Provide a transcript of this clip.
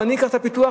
ואני אקח את הפיתוח,